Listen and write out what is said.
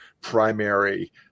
primary